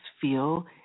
feel